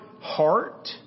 heart